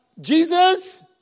Jesus